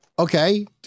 Okay